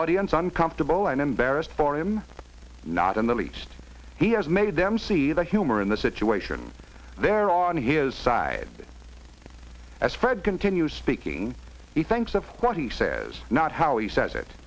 audience uncomfortable and embarrassed for him not in the least he has made them see the humor in the situation there on his side as fred continue speaking he thinks of what he says not how he says